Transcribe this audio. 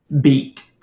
beat